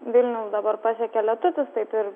vilnių dabar pasiekė lietutis taip ir